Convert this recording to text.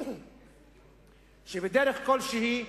בדרך כלשהי,